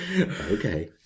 Okay